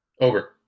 Over